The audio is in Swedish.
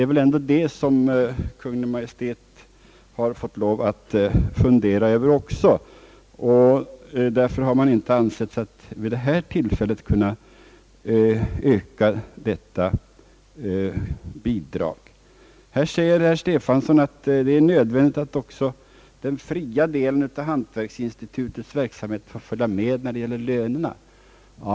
Kungl. Maj:t måste ju fundera också över den sidan av saken och har därför inte ansett sig vid detta tillfälle kunna öka det aktuella bidraget. Herr Stefanson anför att det är nödvändigt att också den fria delen av hantverksinstitutets verksamhet skall kunna följa med i lönehänseende.